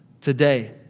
today